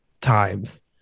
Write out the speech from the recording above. times